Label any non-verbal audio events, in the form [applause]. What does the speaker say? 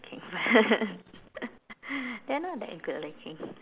okay but [laughs] they are not that good looking